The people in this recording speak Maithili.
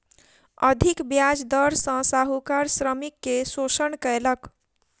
अधिक ब्याज दर सॅ साहूकार श्रमिक के शोषण कयलक